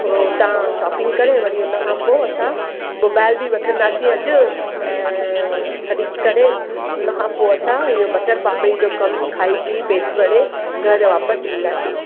थोरो उतां शॉपिंग करे वरी उनखां पोइ असां मोबाईल बि वठंदासीं अॼु ऐं ख़रीद करे उनखां पो असां इहो बटर पापड़ी जो कमु खाई पी पेटु भरे घरु वापसि ईंदासीं